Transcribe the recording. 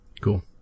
Cool